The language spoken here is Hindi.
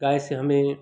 गाय से हमें